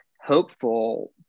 hopeful